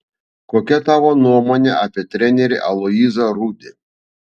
kokia tavo nuomonė apie trenerį aloyzą rudį